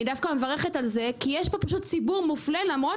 אני מברכת על זה כי יש פה ציבור מופלה למרות